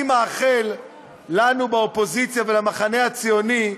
אני מאחל לנו באופוזיציה ולמחנה הציוני,